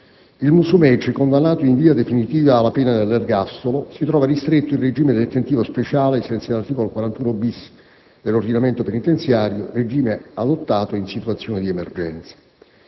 Il Musumeci, condannato in via definitiva alla pena dell'ergastolo, si trova ristretto in regime detentivo speciale ai sensi dell'articolo 41-*bis* dell'ordinamento penitenziario, regime adottato in situazioni di emergenza.